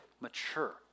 mature